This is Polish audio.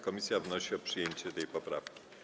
Komisja wnosi o przyjęcie tej poprawki.